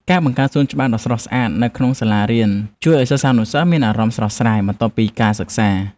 ការបង្កើតសួនច្បារដ៏ស្រស់ស្អាតនៅក្នុងសាលារៀនជួយឱ្យសិស្សានុសិស្សមានអារម្មណ៍ស្រស់ស្រាយបន្ទាប់ពីការសិក្សា។